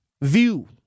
view